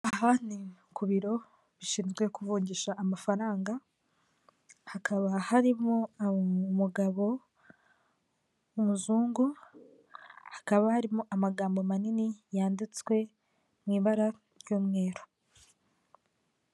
Aha ni ku biro bishinzwe kuvugisha amafaranga, hakaba harimo umugabo w'umuzungu hakaba harimo amagambo manini yanditswe mu ibara ry'umweru.